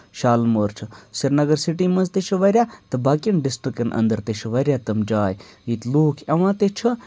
شالمور چھُ Srinagar city منٛز تہِ چھِ واریاہ تہٕ باقین ڈِسٹرکَن اَندر تہِ چھِ واریاہ تٔمۍ جاے ییٚتہِ لوٗکھ یِوان تہِ چھِ